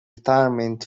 retirement